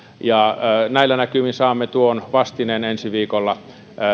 ja näillä näkymin saamme tuon vastineen ensi viikolla